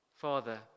Father